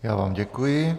Já vám děkuji.